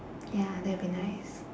ya that'll be nice